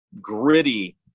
gritty